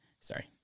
Sorry